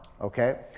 okay